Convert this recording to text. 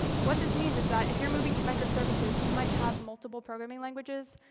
what this means is that if you're moving to microservices, you might have multiple programming languages.